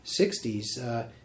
60s